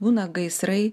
būna gaisrai